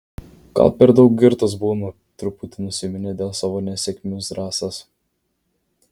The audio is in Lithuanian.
gal per daug girtas būnu truputi nusiminė dėl savo nesėkmių zrazas